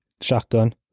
shotgun